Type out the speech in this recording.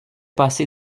passé